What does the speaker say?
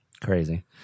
Crazy